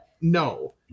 no